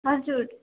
हजुर